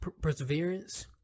perseverance